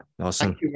Awesome